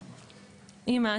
אמא,